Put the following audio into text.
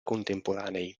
contemporanei